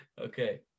Okay